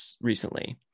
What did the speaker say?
recently